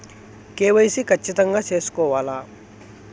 KYC ఖచ్చితంగా సేసుకోవాలా